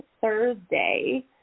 Thursday